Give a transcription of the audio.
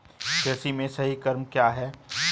कृषि में सही क्रम क्या है?